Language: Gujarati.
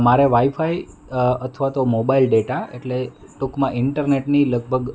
મારે વાઇફાઇ અથવા તો મોબાઈલ ડેટા એટલે ટૂંકમાં ઇન્ટરનેટની લગભગ